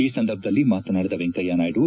ಈ ಸಂದರ್ಭದಲ್ಲಿ ಮಾತನಾಡಿದ ವೆಂಕಯ್ಯ ನಾಯ್ಹು